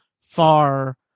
far